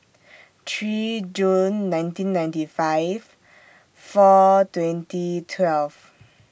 three June nineteen ninety five four twenty twelve